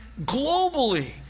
globally